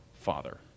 father